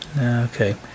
okay